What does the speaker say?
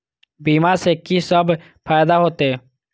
बीमा से की सब फायदा होते?